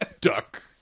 duck